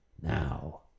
now